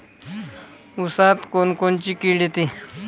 ऊसात कोनकोनची किड येते?